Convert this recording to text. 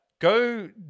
Go